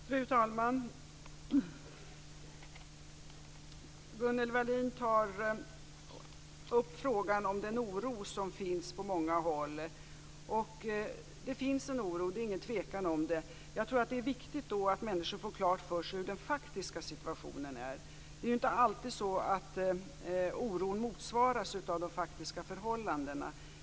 Fru talman! Gunnel Wallin tar upp frågan om den oro som finns på många håll. Det finns en oro. Det är ingen tvekan om det. Jag tror att det då är viktigt att människor får klart för sig hur den faktiska situationen är. Det är inte alltid så att oron motsvaras av de faktiska förhållandena.